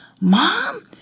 Mom